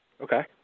Okay